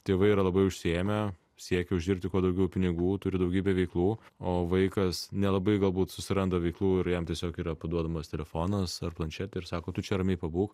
tėvai yra labai užsiėmę siekia uždirbti kuo daugiau pinigų turiu daugybę veiklų o vaikas nelabai galbūt susiranda veiklų ir jam tiesiog yra paduodamas telefonas ar planšetė ir sako tu čia ramiai pabūk